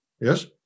Yes